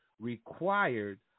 Required